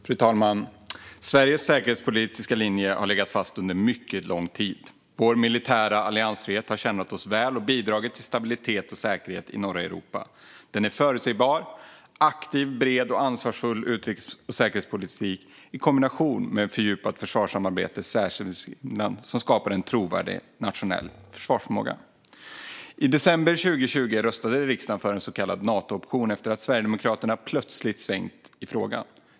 Fru talman! Sveriges säkerhetspolitiska linje har legat fast under mycket lång tid. Vår militära alliansfrihet har tjänat oss väl och bidragit till stabilitet och säkerhet i norra Europa. Den förutsätter en aktiv, bred och ansvarsfull utrikes och säkerhetspolitik i kombination med fördjupat försvarssamarbete som skapar en trovärdig nationell försvarsförmåga. I december 2020 röstade riksdagen för en så kallad Nato-option efter att Sverigedemokraterna plötsligt svängt i frågan.